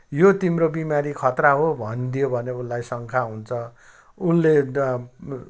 यो तिम्रो बिमारी खतरा हो भन्दियो भने उसलाई शङ्का हुन्छ उसले